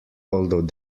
although